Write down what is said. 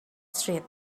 street